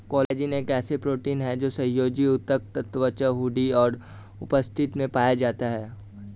collagen एक protein है जो संयोजी ऊतक, त्वचा, हड्डी और उपास्थि में पाया जाता है